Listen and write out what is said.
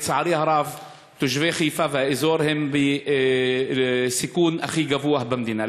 לצערי הרב תושבי חיפה והאזור הם בסיכון הכי גבוה במדינה.